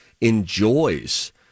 enjoys